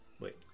Wait